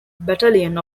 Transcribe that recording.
battalion